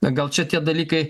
na gal čia tie dalykai